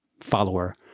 follower